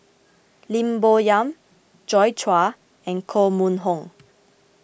Lim Bo Yam Joi Chua and Koh Mun Hong